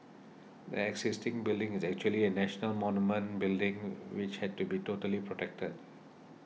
the existing building is actually a national monument building which had to be totally protected